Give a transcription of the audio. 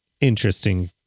interesting